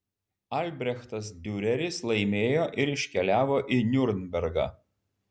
albrechtas diureris laimėjo ir iškeliavo į niurnbergą